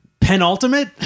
penultimate